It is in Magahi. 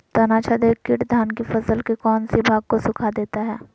तनाछदेक किट धान की फसल के कौन सी भाग को सुखा देता है?